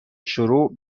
شروع